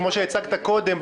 כפי שהצגת קודם,